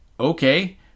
Okay